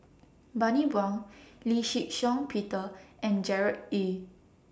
Bani Buang Lee Shih Shiong Peter and Gerard Ee